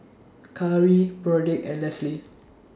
Khari Broderick and Leslee